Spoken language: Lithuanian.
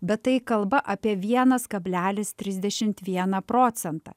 bet tai kalba apie vienas kablelis trisdešimt vieną procentą